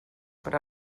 per